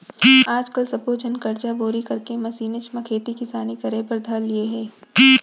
आज काल सब्बे झन करजा बोड़ी करके मसीनेच म खेती किसानी करे बर धर लिये हें